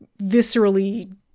viscerally